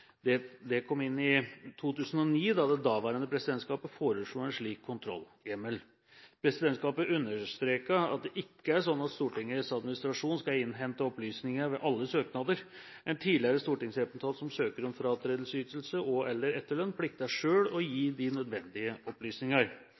Det kom inn i 2009 da det daværende presidentskapet foreslo en slik kontrollhjemmel. Presidentskapet understreket at det ikke er slik at Stortingets administrasjon skal innhente opplysninger ved alle søknader. En tidligere stortingsrepresentant som søker om fratredelsesytelse og/eller etterlønn, plikter selv å gi